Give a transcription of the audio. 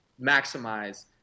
maximize